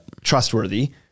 trustworthy